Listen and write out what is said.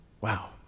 Wow